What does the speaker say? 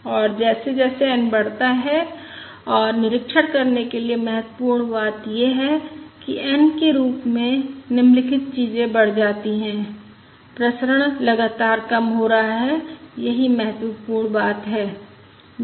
और जैसे जैसे n बढ़ता है और निरीक्षण करने के लिए महत्वपूर्ण बात यह है कि n के रूप में निम्नलिखित चीजें बढ़ जाती हैं प्रसरण लगातार कम हो रहा है यही महत्वपूर्ण बात है